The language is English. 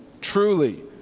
Truly